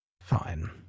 Fine